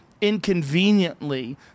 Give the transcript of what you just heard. inconveniently